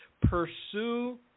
pursue